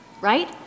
right